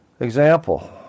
example